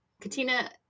Katina